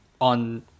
on